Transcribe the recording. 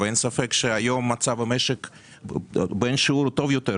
ואין ספק שהיום מצב המשק לאין שיעור טוב יותר,